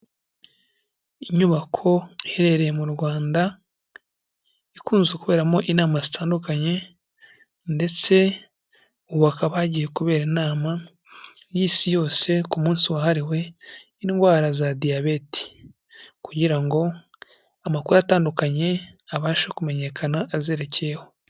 Inyubako iherereye mu Rwanda, ikunze kuberamo inama zitandukanye ndetse ubu hakaba hagiye kubera inama y'isi yose, ku munsi wahariwe indwara za diyabete, kugira ngo amakuru atandukanye abashe kumenyekana azerekeyeho.